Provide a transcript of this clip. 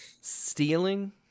stealing